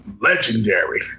legendary